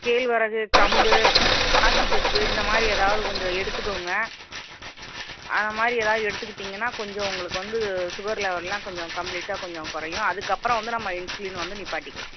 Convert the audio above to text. கேழ்வரகு கம்பு பாசிப்பருப்பு இந்த மாதிரி ஏதாவது கொஞ்சம் எடுத்துக்கோங்க அது மாதிரி ஏதாவது எடுத்துகிட்டீங்கன்னா கொஞ்சம் உங்களுக்கு வந்து சுகர் லெவல்லாம் கொஞ்சம் கம்ப்ளீட்டாக கொஞ்சம் குறையும் அதுக்கப்புறம் வந்து நம்ம இன்சுலின் வந்து நிப்பாட்டிக்கலாம்